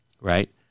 right